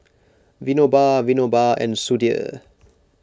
Vinoba Vinoba and Sudhir